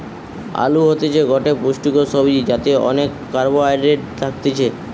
আলু হতিছে গটে পুষ্টিকর সবজি যাতে অনেক কার্বহাইড্রেট থাকতিছে